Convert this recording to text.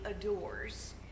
adores